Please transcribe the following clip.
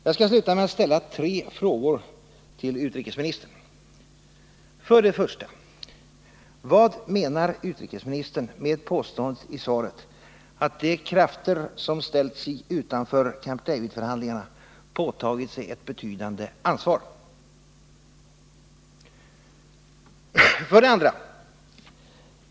Jag skall sluta med att ställa tre frågor till utrikesministern: 1. Vad menar utrikesministern med påståendet i svaret att ”de krafter” som ”ställt sig utanför” Camp David-förhandlingarna ”påtagit sig ett betydande ansvar”? 2.